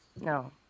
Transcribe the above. No